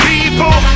people